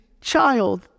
child